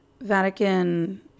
Vatican